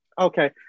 Okay